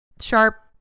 sharp